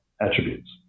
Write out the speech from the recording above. attributes